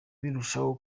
birushaho